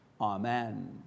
Amen